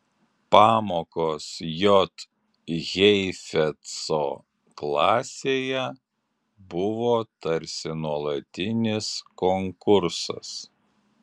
pamokos j heifetzo klasėje buvo tarsi nuolatinis konkursas